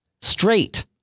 straight